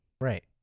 Right